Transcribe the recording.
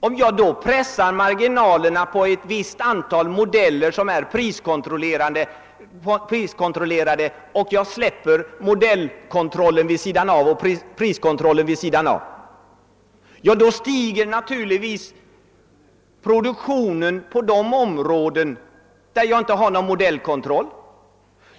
Om jag då pressar marginalerna på ett visst antal modeller som är priskontrollerade och släpper modellkontrollen och priskontrollen vid sidan av, stiger naturligtvis produktionen på de områden där jag inte har någon modellkontroll.